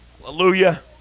hallelujah